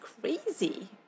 crazy